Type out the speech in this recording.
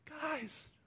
Guys